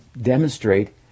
demonstrate